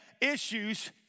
issues